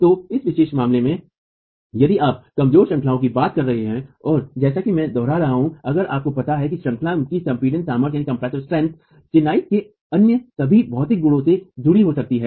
तो इस विशेष मामले में यदि आप कमजोर श्रंखलाओं श्रेणियों की बात कर रहे हैं और जैसा कि मैं दोहरा रहा हूं अगर आपको पता है कि श्रंखला श्रेणी की संपीडित सामर्थ्य चिनाई के अन्य सभी भौतिक गुणों से जुड़ी हो सकती है